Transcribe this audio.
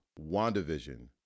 WandaVision